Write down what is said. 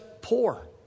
poor